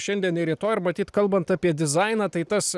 šiandien ir rytoj ar matyt kalbant apie dizainą tai tas